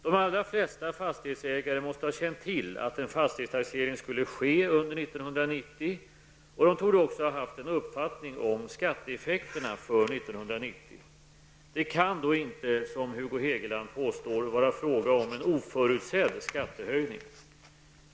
De allra flesta fastighetsägare måste ha känt till att en fastighetstaxering skulle ske under 1990, och de torde också ha haft en uppfattning om skatteeffekterna för 1990. Det kan då inte, som Hugo Hegeland påstår, vara fråga om en oförutsedd skattehöjning.